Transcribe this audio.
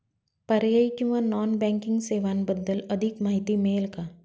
पर्यायी किंवा non banking सेवांबद्दल अधिक माहिती मिळेल का?